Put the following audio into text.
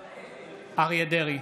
בעד אריה מכלוף דרעי,